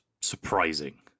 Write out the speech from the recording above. surprising